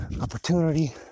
opportunity